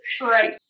Right